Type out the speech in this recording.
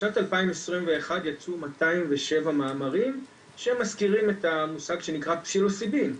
בשנת 2021 יצאו 207 מאמרים שמזכירים את המושג שנקרא פסילוציבין,